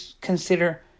consider